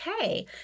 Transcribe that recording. okay